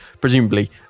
presumably